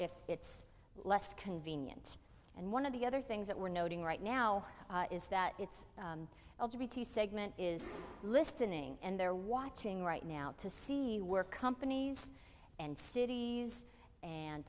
if it's less convenient and one of the other things that we're noting right now is that it's meant is listening and they're watching right now to see where companies and cities and